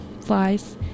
flies